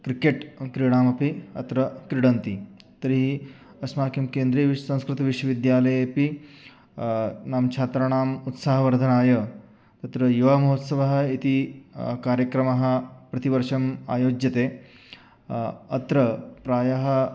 cricket क्रीडामपि अत्र क्रीडन्ति तर्हि अस्माकं केन्द्रे विस् संस्कृतविश्वविद्यालयेपि नाम छात्राणाम् उत्साहवर्धनाय अत्र युवामहोत्सवः इति कार्यक्रमः प्रतिवर्षम् आयोज्यते अत्र प्रायः